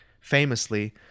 famously